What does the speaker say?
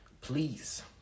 please